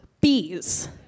bees